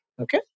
okay